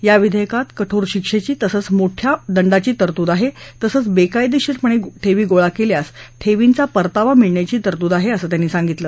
या विधेयकात कठोर शिक्षेची तसंच मोठ्या दंडाची तरतूद आहे तसंच बेकायदेशीरपणे ठेवी गोळा केल्यास ठेवींचा परतावा मिळण्याची तरतूद आहे अस त्यांनी सांगितलं